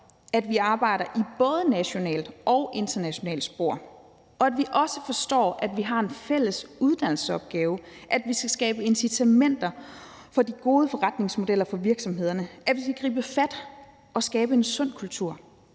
at vi arbejder i både nationalt og internationalt spor, og at vi også forstår, at vi har en fælles uddannelsesopgave, at vi skal skabe incitamenter for de gode forretningsmodeller for virksomhederne, og at vi skal gribe fat og skabe en sund kultur.